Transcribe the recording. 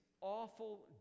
awful